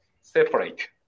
separate